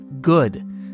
good